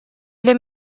для